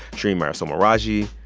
shereen marisol meraji.